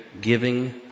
giving